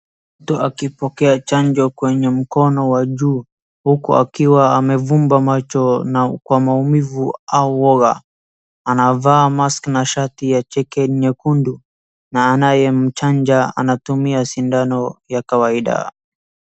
Mtu akipokea chajo kwenye mkono wa juu huku akiwa amevumba macho kwa maumivu au woga. Anavaa mask na shati ya chek nyekundu na anayemchaja anatumia sindano ya kaiwada.